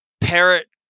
parrot